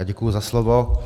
Děkuji za slovo.